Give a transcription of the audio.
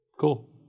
cool